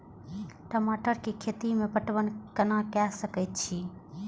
टमाटर कै खैती में पटवन कैना क सके छी?